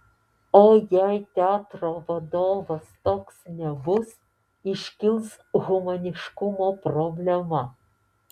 o jei teatro vadovas toks nebus iškils humaniškumo problema